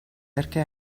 perché